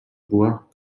bois